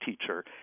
teacher